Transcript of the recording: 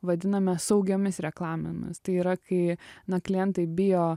vadiname saugiomis reklamomis tai yra kai na klientai bijo